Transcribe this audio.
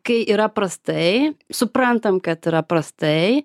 kai yra prastai suprantam kad yra prastai